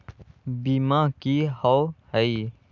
बीमा की होअ हई?